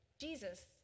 Jesus